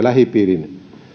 lähipiirin